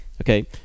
Okay